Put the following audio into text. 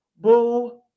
boo